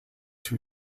two